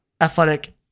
athletic